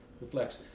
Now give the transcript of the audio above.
reflects